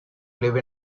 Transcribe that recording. live